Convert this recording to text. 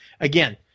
again